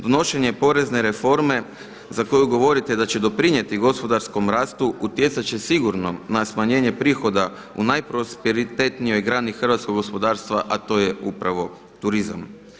Donošenje porezne reforme za koju govorite da će doprinijeti gospodarskom rastu utjecat će sigurno na smanjenje prihoda u najprosperitetnijoj grani hrvatskog gospodarstva, a to je upravo turizam.